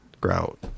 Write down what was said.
grout